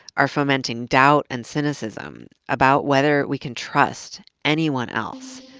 are fomenting doubt and cynicism, about whether we can trust anyone else.